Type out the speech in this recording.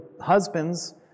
husbands